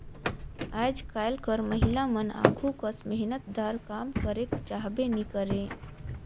आएज काएल कर महिलामन आघु कस मेहनतदार काम करेक चाहबे नी करे